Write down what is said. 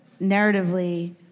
narratively